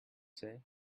say